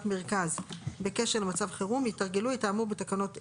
מרכז בקשר למצב חירום יתרגלו את האמור בתקנות אלה,